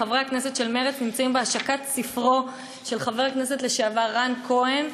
חברי הכנסת של מרצ נמצאים בהשקת ספרו של חבר הכנסת לשעבר רן כהן,